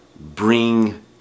bring